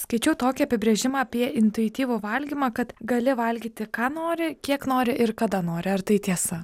skaičiau tokį apibrėžimą apie intuityvų valgymą kad gali valgyti ką nori kiek nori ir kada nori ar tai tiesa